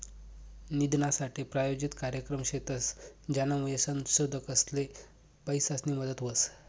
निधीनासाठे प्रायोजित कार्यक्रम शेतस, ज्यानामुये संशोधकसले पैसासनी मदत व्हस